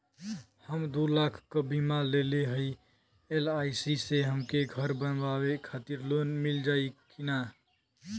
हम दूलाख क बीमा लेले हई एल.आई.सी से हमके घर बनवावे खातिर लोन मिल जाई कि ना?